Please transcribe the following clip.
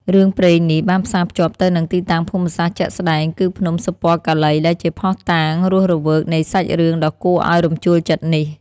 រឿងព្រេងនេះបានផ្សារភ្ជាប់ទៅនឹងទីតាំងភូមិសាស្ត្រជាក់ស្តែង គឺភ្នំសុពណ៌កាឡី ដែលជាភស្តុតាងរស់រវើកនៃសាច់រឿងដ៏គួរឲ្យរំជួលចិត្តនេះ។